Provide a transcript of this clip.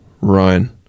Ryan